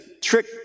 trick